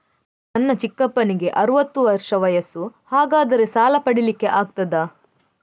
ನನ್ನ ಚಿಕ್ಕಪ್ಪನಿಗೆ ಅರವತ್ತು ವರ್ಷ ವಯಸ್ಸು, ಹಾಗಾದರೆ ಸಾಲ ಪಡೆಲಿಕ್ಕೆ ಆಗ್ತದ?